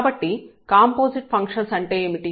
కాబట్టి composite functions అంటే ఏమిటి